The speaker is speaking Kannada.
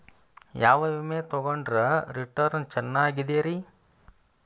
ಯಾವ ವಿಮೆ ತೊಗೊಂಡ್ರ ರಿಟರ್ನ್ ಚೆನ್ನಾಗಿದೆರಿ?